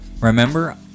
Remember